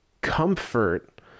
comfort